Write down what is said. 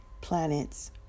planets